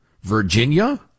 Virginia